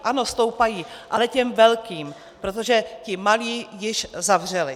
Ano, stoupají, ale těm velkým, protože ti malí již zavřeli.